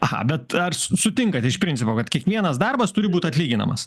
aha bet ar sutinkate iš principo kad kiekvienas darbas turi būti atlyginamas